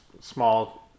small